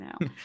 now